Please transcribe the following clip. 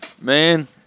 man